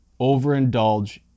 overindulge